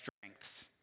strengths